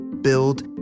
build